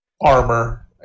armor